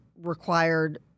required